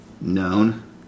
known